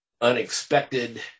unexpected